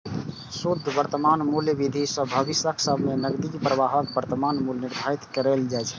शुद्ध वर्तमान मूल्य विधि सं भविष्यक सब नकदी प्रवाहक वर्तमान मूल्य निर्धारित कैल जाइ छै